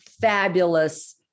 fabulous